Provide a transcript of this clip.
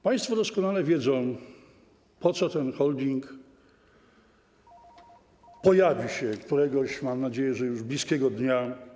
Państwo doskonale wiedzą, po co ten holding pojawi się na rynku któregoś, mam nadzieję, że już bliskiego dnia.